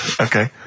Okay